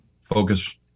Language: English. focus